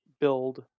build